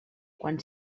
quan